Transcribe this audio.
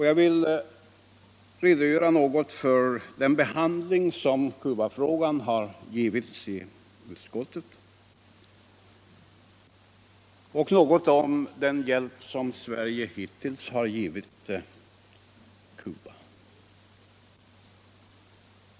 Jag vill något redogöra för den behandling som Cubafrågan har givits i utskottet och för den hjälp som Sverige hittills har lämnat Cuba.